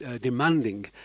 demanding